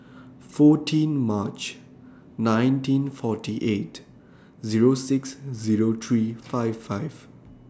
fourteen March nineteen forty eight Zero six Zero three five five